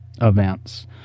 events